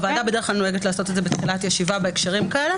הוועדה בדרך כלל נוהגת לעשות בתחילת ישיבה בהקשרים כאלה.